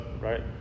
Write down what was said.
right